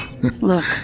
Look